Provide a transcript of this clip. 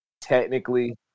technically